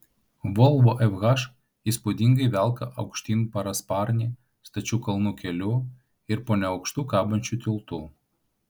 volvo fh įspūdingai velka aukštyn parasparnį stačiu kalnų keliu ir po neaukštu kabančiu tiltu